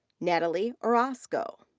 nathaly orozco.